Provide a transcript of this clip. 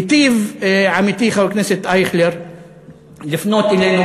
היטיב עמיתי חבר הכנסת אייכלר לפנות אלינו,